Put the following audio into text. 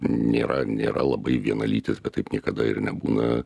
nėra nėra labai vienalytis bet taip niekada ir nebūna